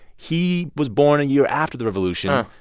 he was born a year after the revolution,